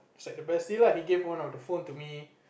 it's like the best deal lah he gave one of the phone to me